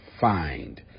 find